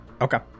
Okay